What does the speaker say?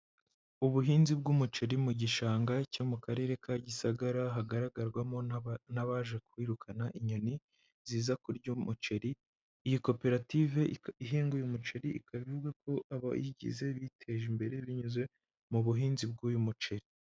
Ubuhinzi bw'umuceri mu gishanga cyo mu Karere ka Gisagara hagaragarwamo n'abaje kwirukana inyoni ziza kurya umuceri, iyi koperative ihinga uyu umuceri ikaba ivuga ko abayigize biteje imbere binyuze mu buhinzi bw'uyu muceri.